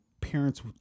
parents